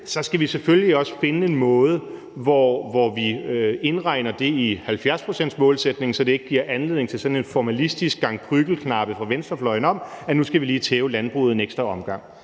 – skal vi selvfølgelig også finde en måde, hvor vi indregner det i 70-procentsmålsætningen, så det ikke giver anledning til sådan en formalistisk gang prygelknabe fra venstrefløjen om, at nu skal vi lige tæve landbruget en ekstra gang,